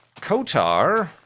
Kotar